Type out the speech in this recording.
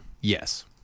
Yes